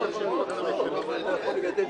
אזוריות במרחק --- "שלא יעלה על".